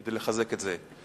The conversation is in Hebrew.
כדי לחזק את זה.